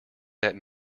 that